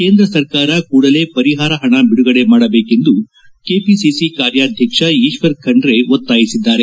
ಕೇಂದ್ರ ಸರ್ಕಾರ ಕೂಡಲೇ ಪರಿಹಾರ ಹಣ ಬಿಡುಗಡೆ ಮಾಡಬೇಕೆಂದು ಕೆಪಿಸಿಸಿ ಕಾರ್ಯಾಧ್ಯಕ್ಷ ಈಶ್ವರ್ ಖಂಡ್ ಖಂಡ್ ಬತ್ತಾಯಿಸಿದ್ದಾರೆ